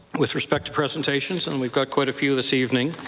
with respect to presentations, and we've got quite a few this evening,